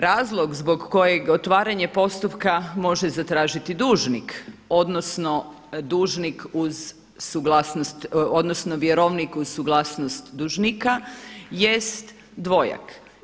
Razlog zbog kojeg otvaranje postupka može zatražiti dužnik, odnosno dužnik uz suglasnost, odnosno vjerovnik uz suglasnost dužnika jest dvojak.